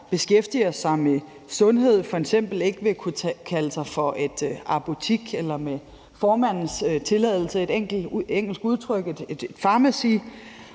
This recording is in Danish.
beskæftiger sig med sundhed, f.eks. ikke vil kunne kalde sig for et apotek eller, med formandens tilladelse til at bruge et engelsk udtryk, et pharmacy.